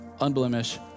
unblemished